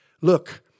Look